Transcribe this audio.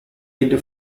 into